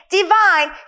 divine